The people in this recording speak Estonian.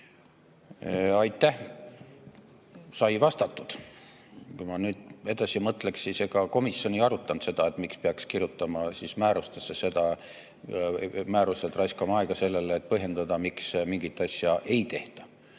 Aitäh! Sai vastatud. Kui ma nüüd edasi mõtleksin, siis ega komisjon ei arutanud seda, miks peaks kirjutama määruse ja raiskama aega sellele, et põhjendada seda, miks mingit asja ei tehta.